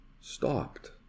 stopped